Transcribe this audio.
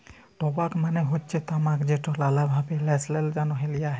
টবাক মালে হচ্যে তামাক যেট লালা ভাবে ল্যাশার জ্যনহে লিয়া হ্যয়